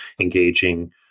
engaging